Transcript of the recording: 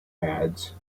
pads